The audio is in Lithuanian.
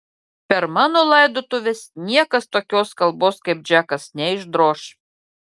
per mano laidotuves niekas tokios kalbos kaip džekas neišdroš